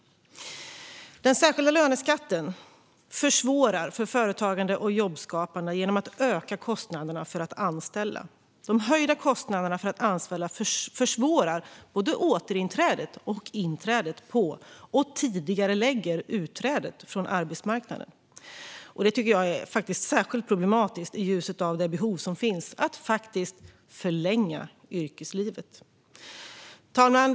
Den särskilda löneskatten försvårar för företagande och jobbskapande genom att öka kostnaderna för att anställa. De höjda kostnaderna för att anställa försvårar både återinträdet och inträdet på, och tidigarelägger utträdet från, arbetsmarknaden. Det är särskilt problematiskt i ljuset av det behov som finns av att faktiskt förlänga yrkeslivet. Fru talman!